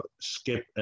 skip